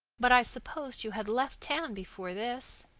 but i supposed you had left town before this.